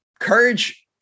Courage